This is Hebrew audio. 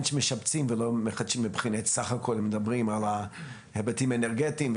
שמשפצים ולא מחדשים מבחינת ההיבטים האנרגטיים,